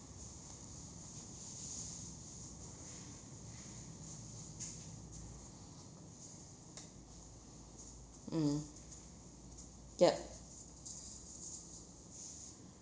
mm yup